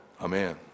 Amen